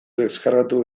deskargatu